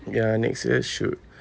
ya next year should